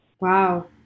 Wow